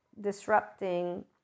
disrupting